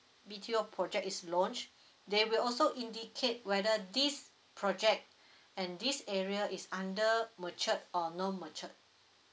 B_T_O project is launched they will also indicate whether this project and this area is under matured or non matured